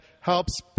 helps